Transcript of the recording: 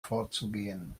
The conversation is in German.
vorzugehen